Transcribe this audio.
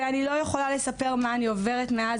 ואני לא יכולה לספר מה אני עוברת מאז